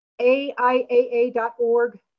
AIAA.org